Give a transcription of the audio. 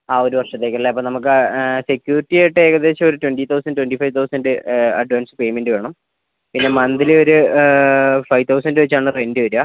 ആ ഒരു വര്ഷത്തേക്ക് അല്ലേ അപ്പോൾ നമുക്ക് സെക്യൂരിറ്റി ആയിട്ട് ഏകദേശം ഒരു twenty thousand twenty five thousand advance payment വേണം പിന്നെ മന്ത്ലി ഒരു ഫൈവ് തൗസന്റ് ആണ് റെന്റ് വരിക